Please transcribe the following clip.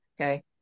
Okay